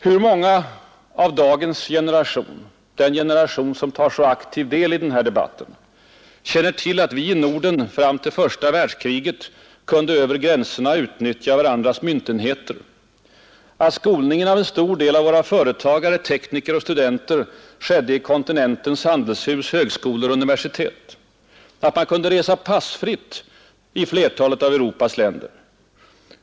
Hur många av dagens generation — den generation som tar så aktiv del i Europadebatten — känner till att vi i Norden fram till första världskriget kunde över gränserna utnyttja varandras myntenheter, att skolningen av en stor del av våra företagare, tekniker och studenter skedde i kontinentens handelshus, högskolor och universitet samt att man kunde resa passfritt i flertalet av Europas länder?